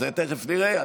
תכף נראה.